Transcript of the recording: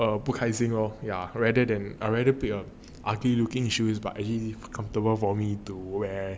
err 不开心 lor I rather than I rather pick up artist looking shoes but actually comfortable for me to wear